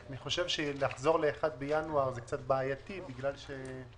אני חושב שלחזור ל-1 בינואר זה קצת בעייתי כי זה